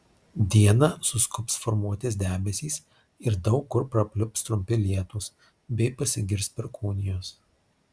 dieną suskubs formuotis debesys ir daug kur prapliups trumpi lietūs bei pasigirs perkūnijos